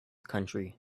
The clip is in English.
country